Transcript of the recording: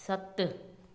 सत